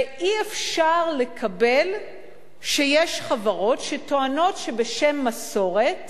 ואי-אפשר לקבל שיש חברות שטוענות שבשם המסורת